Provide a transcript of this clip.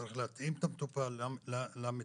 צריך להתאים את המטפל למטופל,